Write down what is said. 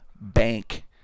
Bank